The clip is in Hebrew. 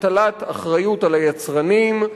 הטלת אחריות על היצרנים,